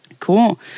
Cool